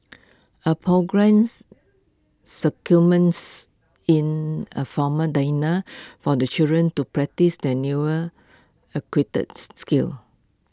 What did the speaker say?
A programmes circumvents in A formal dinner for the children to practise their newer skills